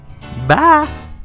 Bye